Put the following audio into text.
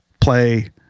play